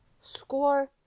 Score